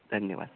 धन्यवादः